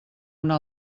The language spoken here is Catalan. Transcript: una